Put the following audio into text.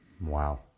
Wow